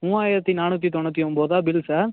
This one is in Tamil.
மூவாயிரத்தி நானூற்றி தொண்ணூத்தி ஒன்பது ருபா பில் சார்